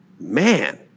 man